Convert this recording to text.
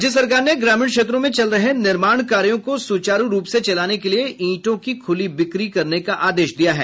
राज्य सरकार ने ग्रामीण क्षेत्रों में चल रहे निर्माण कार्यो को सुचारू रूप से चलाने के लिए ईंटों की खुली बिक्री करने का आदेश दिया है